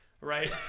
right